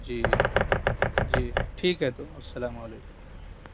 جی جی ٹھیک ہے تو السلام علیکم